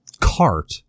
cart